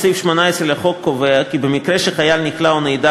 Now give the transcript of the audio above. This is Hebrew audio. סעיף 18 לחוק קובע כי במקרה שחייל נכלא או נעדר